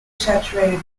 saturated